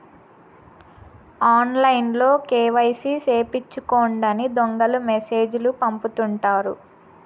ఆన్లైన్లో కేవైసీ సేపిచ్చుకోండని దొంగలు మెసేజ్ లు పంపుతుంటారు